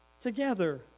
together